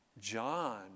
John